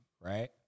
Right